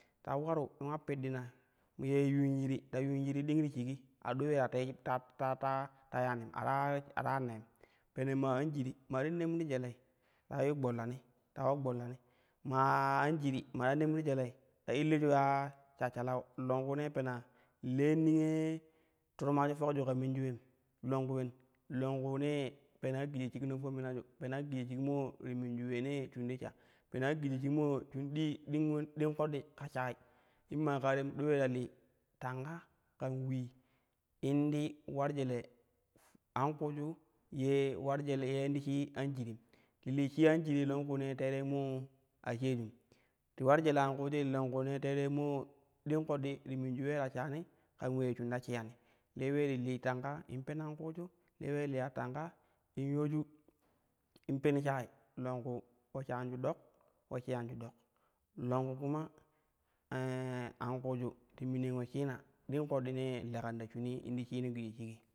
Ta ularu in ula oiddina, ye yun yiri ta yuun yiri ding ti shigi, a do yi ta tee ta- ta- ta- ta yanim ata ya ne em pene maa anjiri maa ti nemru jelei ta yiu gbollani, ta yiu gbollani maa anjiri, maa te nemni jelei ta illaju ka shashshalau long zuunee pena le niyai turmaju fokju ka minju ulem longku ulen longkuunee pena giji shikno fomimaju, pena giji shik moo ti mimju uleenee shim ti sha pena giji shik moo shum dii, ding mo ding ƙoɗɗi ka shayi in maa tem do ule ta li tanka kan ulii in ti ular jele an kuuja ye ular jele in ti shi anjiri, ti li shi anjiri langkuunee teerei moo a shennim. Ti ular jele an kuujui longkuunee teerai moo ding ƙoɗɗi ti minju ulee ta shani ƙan ulee shini ta sheyani te ulee ti li tanka in pen ankuuju te ulee liya tanka in yoju in pen shati longku po shenju ɗok po sheyanju dok longku kuma anƙuuju ti minin ule shima ding koɗɗinee lekan ta shimii in ti shino giji shigi.